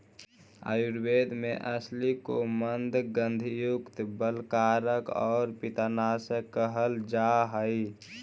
आयुर्वेद में अलसी को मन्दगंधयुक्त, बलकारक और पित्तनाशक कहल जा हई